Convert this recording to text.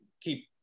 keep